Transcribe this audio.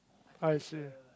I see